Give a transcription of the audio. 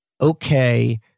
okay